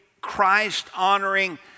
Christ-honoring